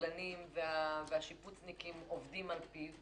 הקבלנים והשיפוצניקים עובדים לפיו,